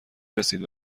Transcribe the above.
رسید